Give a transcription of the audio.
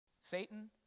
Satan